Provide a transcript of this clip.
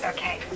Okay